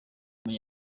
muri